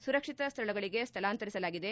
ಸುರಕ್ಷಿತ ಸ್ವಳಗಳಿಗೆ ಸ್ವಳಾಂತರಿಸಲಾಗಿದೆ